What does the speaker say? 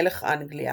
מלך אנגליה.